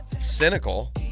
cynical